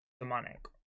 demonic